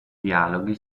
dialoghi